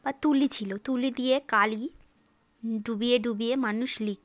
বা তুলি ছিলো তুলি দিয়ে কালি ডুবিয়ে ডুবিয়ে মানুষ লিখতো